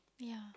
yeah